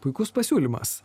puikus pasiūlymas